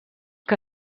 que